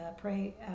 pray